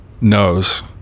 knows